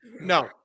No